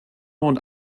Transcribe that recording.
und